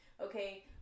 okay